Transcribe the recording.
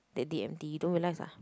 that day empty you don't realise ah